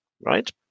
right